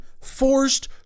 forced